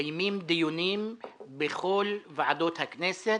מתקיימים דיונים בכל ועדות הכנסת